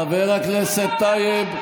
חבר הכנסת טייב,